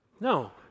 No